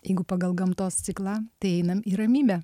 jeigu pagal gamtos ciklą tai einam į ramybę